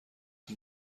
این